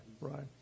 right